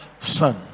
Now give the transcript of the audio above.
Son